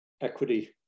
equity